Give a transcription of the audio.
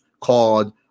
called